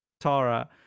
Tara